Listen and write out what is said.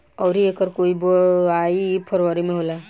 अउर एकर बोवाई फरबरी मे होला